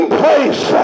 place